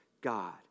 God